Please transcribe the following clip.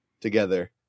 together